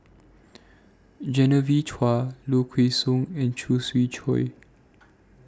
Genevieve Chua Low Kway Song and Khoo Swee Chiow